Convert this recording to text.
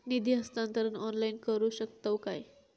निधी हस्तांतरण ऑनलाइन करू शकतव काय?